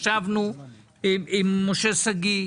ישבנו עם משה שגיא,